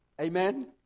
Amen